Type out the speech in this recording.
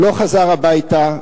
והוא לא חזר הביתה.